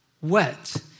wet